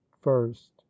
first